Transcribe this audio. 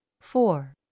four